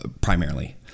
primarily